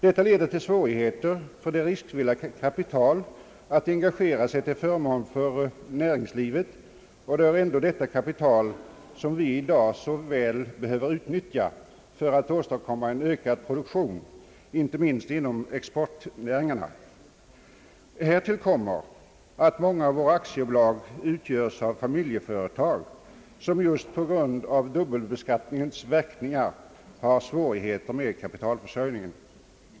Detta leder till svårigheter för det riskvilliga kapitalet att engagera sig till förmån för näringslivet. Det är ändå detta kapital som vi i dag så väl behöver utnyttja för att åstadkomma en ökad produktion, inte minst inom exportnäringarna. Härtill kommer att många aktiebolag utgörs av familjeföretag som just på grund av dubbelbeskattningens verkningar har svårigheter med kapitalförsörjningen.